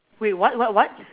wait what what what